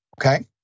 okay